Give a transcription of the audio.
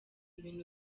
ibintu